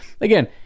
again